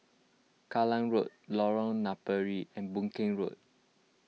Kallang Road Lorong Napiri and Boon Keng Road